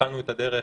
וכשהתחלנו את הדרך,